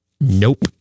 Nope